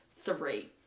three